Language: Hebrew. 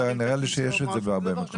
פשוט, ונראה לי שיש את זה בהרבה מקומות.